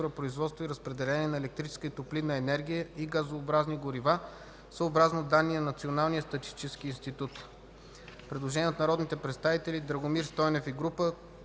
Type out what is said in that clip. „Производство и разпределение на електрическа и топлинна енергия и газообразни горива, съобразно данни на Националния статистически институт;” Предложение от народните представители Драгомир Стойнев и група.